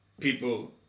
People